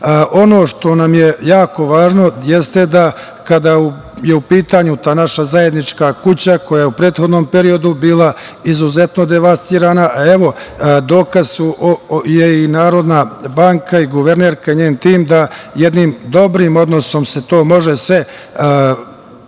što nam je jako važno jeste da kada je u pitanju ta naša zajednička kuća, koja je u prethodnom periodu bila izuzetno devastirana, evo, dokaz je i Narodna banka i guvernerka i njen tim da jednim dobrim odnosom se to može sve dostići,